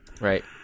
right